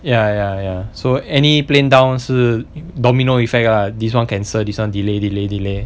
ya ya ya so any plane down 是 domino effect lah this [one] cancel this [one] delay delay delay